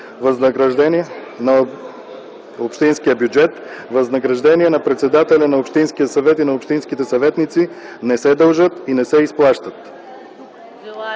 закон промени в общинския бюджет възнаграждения на председателя на общинския съвет и на общинските съветници не се дължат и не се изплащат.”